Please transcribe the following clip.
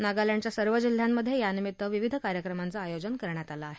नागालँडच्या सर्व जिल्ह्यांमध्ये यानिमित्त विविध कार्यक्रमांचं आयोजन केलं आहे